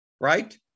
right